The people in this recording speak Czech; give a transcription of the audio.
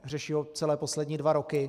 Řeší ho celé poslední dva roky.